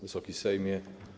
Wysoki Sejmie!